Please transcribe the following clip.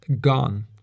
gone